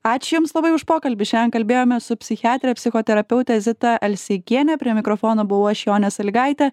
ačiū jums labai už pokalbį šiandien kalbėjome su psichiatre psichoterapeute zita alseikiene prie mikrofono buvau aš jonė salygaitė